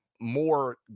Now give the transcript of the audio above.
more